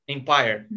Empire